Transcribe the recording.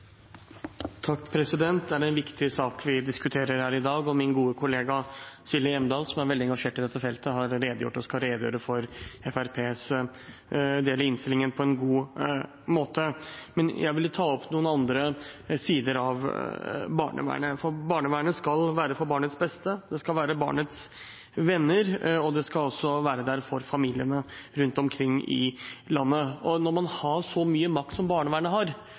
en viktig sak vi diskuterer her i dag, og min gode kollega Silje Hjemdal, som er veldig engasjert i dette feltet, har redegjort og skal redegjøre for Fremskrittspartiets del av innstillingen på en god måte, men jeg vil ta opp noen andre sider ved barnevernet. Barnevernet skal være for barnets beste, det skal være barnets venner, og det skal også være der for familiene rundt omkring i landet. Når man har så mye makt som barnevernet har